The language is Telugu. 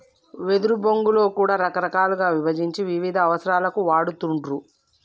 వెదురు బొంగులో కూడా రకాలుగా విభజించి వివిధ అవసరాలకు వాడుతూండ్లు